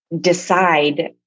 decide